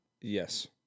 Yes